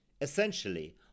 Essentially